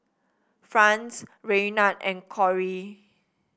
Franz Raynard and Corry